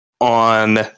on